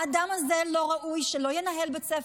האדם הזה לא ראוי לנהל בית ספר,